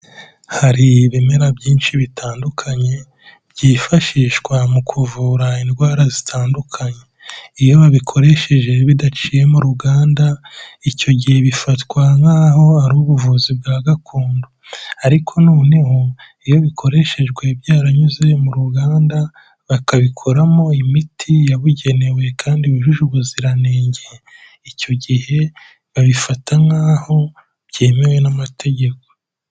Hari ibimera byinshi bitandukanye, byifashishwa mu kuvura indwara zitandukanye, iyo babikoresheje bidaciyemo mu ruganda icyo gihe bifatwa nk'aho ari ubuvuzi bwa gakondo ariko noneho iyo bikoreshejwe byaranyuze mu ruganda, bakabikoramo imiti yabugenewe kandi yujuje ubuziranenge icyo gihe babifata nk'aho byemewe n'amategeko.